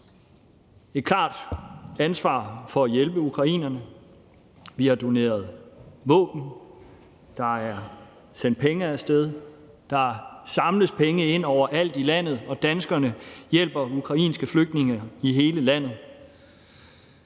et klart ansvar for at hjælpe ukrainerne, vi har doneret våben, der er sendt penge af sted, der samles penge ind overalt i landet, danskerne hjælper ukrainske flygtninge i hele landet,